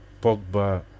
Pogba